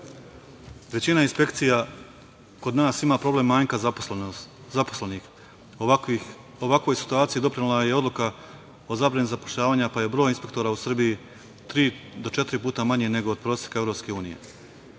godine. Većina inspekcija kod nas ima problem manjka zaposlenih u ovakvoj situaciji je doprinela odluka o zabrani zapošljavanja, pa je broj inspektora u Srbiji tri do četiri puta manje nego od proseka EU.